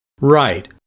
Right